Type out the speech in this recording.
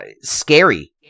scary